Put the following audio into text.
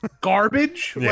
garbage